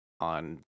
on